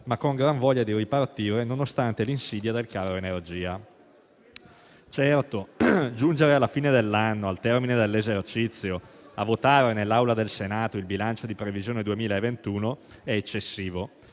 ma con gran voglia di ripartire nonostante le insidie del caro energia. Certo, giungere alla fine dell'anno, al termine dell'esercizio, a votare nell'Aula del Senato il bilancio di previsione 2021 è eccessivo,